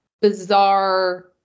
bizarre